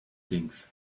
things